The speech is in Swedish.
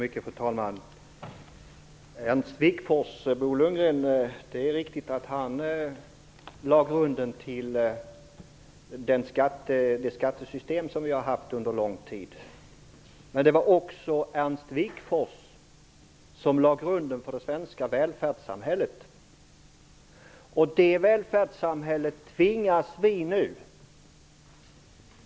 Fru talman! Det är riktigt att Ernst Wigforss lade grunden till det skattesystem som vi har haft under lång tid. Men det var också han som lade grunden för det svenska välfärdssamhället.